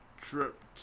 trip